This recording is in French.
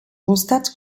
constate